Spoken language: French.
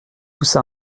poussa